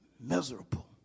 Miserable